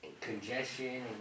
Congestion